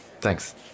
Thanks